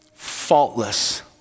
Faultless